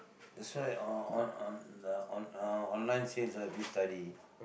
that's why on on the on~ uh online sales right if you study